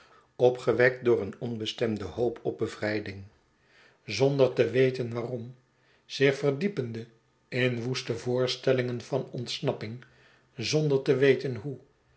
opgewekt door een onbestemde hoop op bevrijding zonder te weten waarom zich verdiepende in woeste voorstellingen van ontsnapping zonder te weten hoe